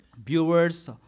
viewers